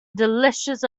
delicious